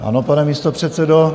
Ano, pane místopředsedo.